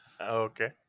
Okay